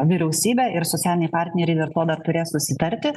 vyriausybė ir socialiniai partneriai dar tuomet turės susitarti